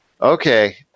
Okay